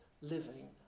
living